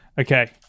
Okay